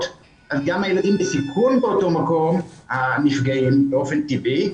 אז גם הילדים בסיכון באותו מקום נפגעים באופן טבעי,